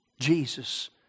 Jesus